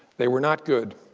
they were not good.